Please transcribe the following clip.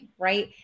right